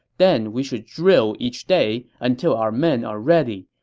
then we should drill each day until our men are ready.